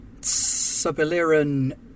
Subaliran